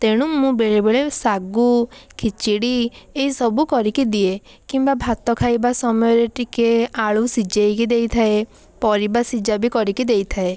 ତେଣୁ ମୁଁ ବେଳେବେଳେ ସାଗୁ ଖିଚଡ଼ି ଏସବୁ କରିକି ଦିଏ କିମ୍ବା ଭାତ ଖାଇବା ସମୟରେ ଟିକିଏ ଆଳୁ ସିଝେଇକି ଦେଇଥାଏ ପରିବା ସିଝା ବି କରିକି ଦେଇଥାଏ